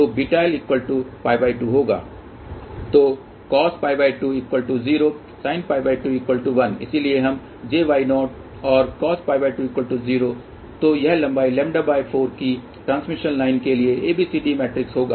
तो βlπ2 होगा तो cosπ20 sinπ21 इसलिए हम jY0 और cosπ20 तो यह लंबाई λ4 की ट्रांसमिशन लाइन के लिए ABCD मैट्रिक्स होगा